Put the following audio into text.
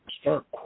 Start